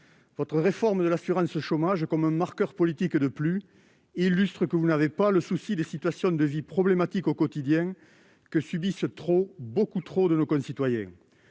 votre réforme de l'assurance chômage, comme un marqueur politique de plus, montre que vous n'avez pas le souci des situations de vie problématiques que subissent au quotidien beaucoup trop de nos concitoyens.